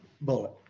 bullet